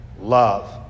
love